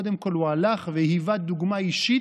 קודם כול הוא הלך והיווה דוגמה אישית,